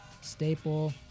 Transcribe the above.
staple